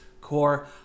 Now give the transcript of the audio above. Core